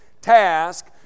task